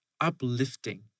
uplifting